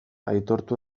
aitortu